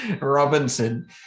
Robinson